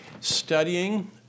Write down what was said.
studying